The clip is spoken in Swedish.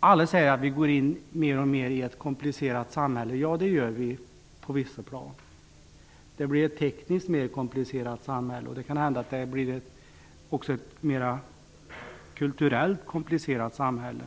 alla säger att vi mer och mer går in i ett komplicerat samhälle. Ja, det gör vi på vissa plan. Det blir ett tekniskt mer komplicerat samhälle. Det kan hända att det också blir ett kulturellt mera komplicerat samhälle.